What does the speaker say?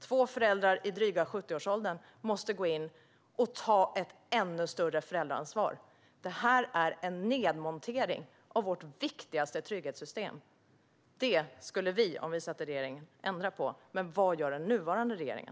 Två föräldrar i dryga 70-årsåldern måste gå in och ta ett ännu större föräldraansvar. Detta är en nedmontering av vårt viktigaste trygghetssystem. Det skulle vi ändra på om vi satt i regeringsställning, men vad gör den nuvarande regeringen?